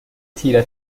تیره